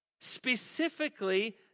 specifically